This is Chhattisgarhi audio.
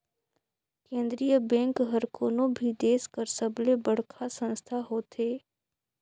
केंद्रीय बेंक हर कोनो भी देस कर सबले बड़खा संस्था होथे